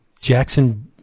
Jackson